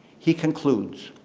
he concludes